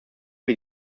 wir